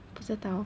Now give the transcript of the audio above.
不知道